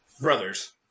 Brothers